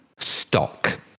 Stock